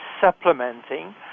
supplementing